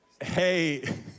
Hey